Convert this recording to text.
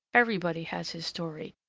everybody has his story,